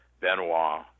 Benoit